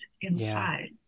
inside